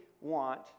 want